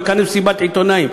הוא יכנס מסיבת עיתונאים.